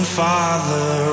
father